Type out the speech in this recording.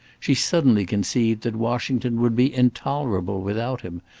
she suddenly conceived that washington would be intolerable without him,